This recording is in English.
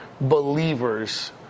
believers